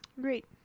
great